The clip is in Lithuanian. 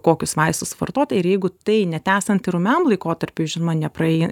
kokius vaistus vartot ir jeigu tai net esant ir ūmiam laikotarpiui žinoma nepraei